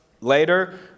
later